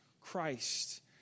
Christ